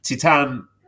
Titan